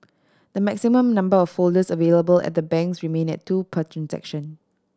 the maximum number of folders available at the banks remain at two per transaction